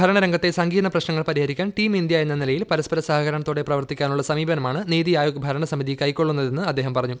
ഭരണ രംഗത്തെ സങ്കീർണ പ്രശ്നങ്ങൾ പരിഹരിക്കാൻ ടീം ഇന്ത്യ എന്ന നിലയിൽ പരസ്പര സഹകരണത്തോട പ്രവർത്തിക്കാനുള്ള സമീപനമാണ് നീതി ആയോഗ് ഭരണ സമിതി കൈക്കൊള്ളുന്നതെന്ന് അദ്ദേഹം പറഞ്ഞു